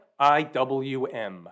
IWM